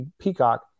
Peacock